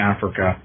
Africa